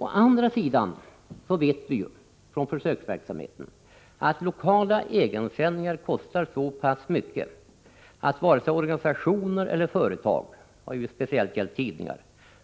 Å andra sidan vet vi ju från försöksverksamheten att lokala egensändningar kostar så pass mycket att varken organisationer eller företag